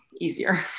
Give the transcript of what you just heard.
easier